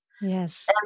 yes